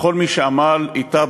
ולכל מי שעמל אתה,